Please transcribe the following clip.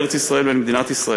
לארץ-ישראל ולמדינת ישראל.